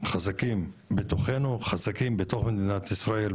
חזקים בתוכנו, חזקים בתוך מדינת ישראל.